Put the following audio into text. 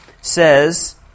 says